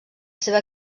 seva